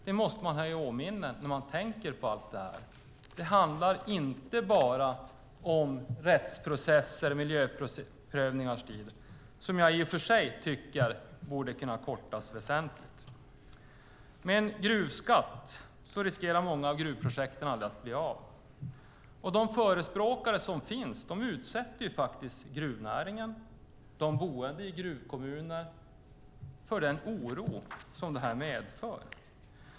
Det måste man ha i minnet när man tänker på allt detta. Det handlar inte bara om rättsprocesser, miljöprövningar och så vidare, som jag i och för sig tycker borde kunna kortas väsentligt. Med en gruvskatt riskerar många av gruvprojekten att aldrig bli av. De förespråkare som finns utsätter faktiskt gruvnäringen och de boende i gruvkommunerna för den oro som detta medför.